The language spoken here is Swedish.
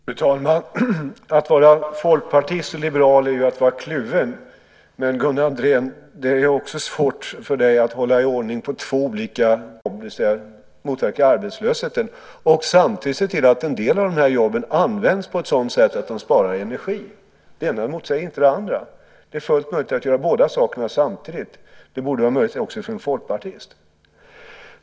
Fru talman! Att vara folkpartist och liberal är ju att vara kluven. Men, Gunnar Andrén, det är också svårt för dig att hålla ordning på två olika tankegångar samtidigt. Man kan faktiskt införa ROT-avdrag både för att stimulera att fler byggnadsarbetare får jobb, det vill säga motverka arbetslösheten, och samtidigt se till att en del av de här jobben används på ett sådant sätt att man sparar energi. Det ena motsäger inte det andra. Det är fullt möjligt att göra båda sakerna samtidigt. Det borde vara möjligt att se också för en folkpartist.